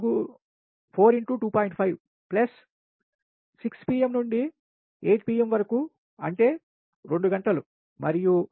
5 plus pm to 8 pm వరకు అంటే 2 గంటలు మరియు 2x1